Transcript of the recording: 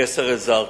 ג'סר-א-זרקא,